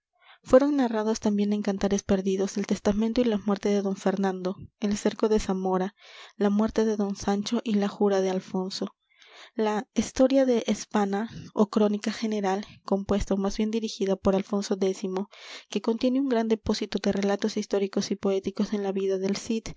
fueron narrados también en cantares perdidos el testamento y la muerte de don fernando el cerco de zamora la muerte de don sancho y la jura de alfonso la estoria de espanna ó crónica general compuesta ó más bien dirigida por alfonso x que contiene un gran depósito de relatos históricos y poéticos de la vida del cid